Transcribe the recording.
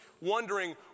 wondering